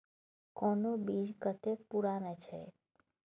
कोनो बीज कतेक पुरान अछि?